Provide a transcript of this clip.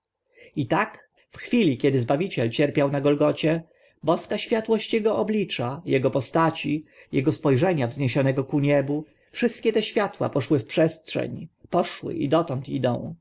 i tak w chwili kiedy zbawiciel cierpiał na golgocie boska światłość ego oblicza ego postaci ego spo rzenia wzniesionego ku niebu wszystkie te światła poszły w przestrzeń poszły i dotąd idą